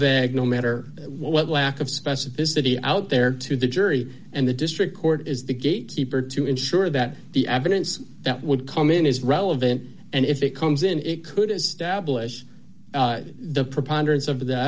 veg no matter what lack of specificity out there to the jury and the district court is the gatekeeper to ensure that the evidence that would come in is relevant and if it comes in it could as stablish the preponderance of the